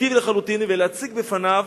ולהציג בפניו